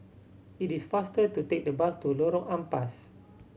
it is faster to take the bus to Lorong Ampas